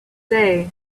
day